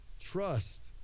trust